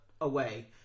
away